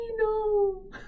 no